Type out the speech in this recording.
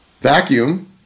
vacuum